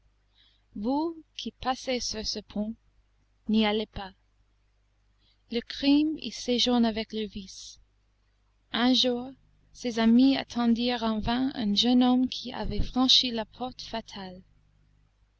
qui passez sur ce pont n'y allez pas le crime y séjourne avec le vice un jour ses amis attendirent en vain un jeune homme qui avait franchi la porte fatale